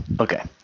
Okay